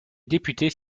députés